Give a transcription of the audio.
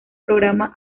programa